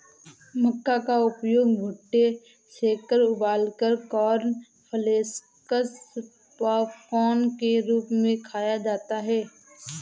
मक्का का उपयोग भुट्टे सेंककर उबालकर कॉर्नफलेक्स पॉपकार्न के रूप में खाया जाता है